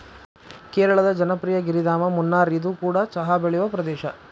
ಕೇರಳದ ಜನಪ್ರಿಯ ಗಿರಿಧಾಮ ಮುನ್ನಾರ್ಇದು ಕೂಡ ಚಹಾ ಬೆಳೆಯುವ ಪ್ರದೇಶ